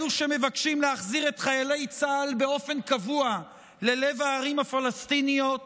אלו שמבקשים להחזיר את חיילי צה"ל באופן קבוע ללב הערים הפלסטיניות